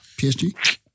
PSG